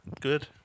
Good